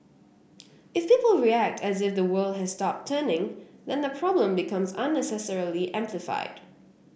if people react as if the world has stopped turning then the problem becomes unnecessarily amplified